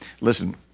Listen